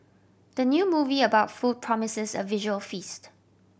the new movie about food promises a visual feast